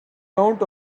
count